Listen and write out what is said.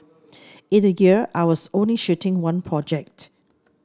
in a year I was only shooting one project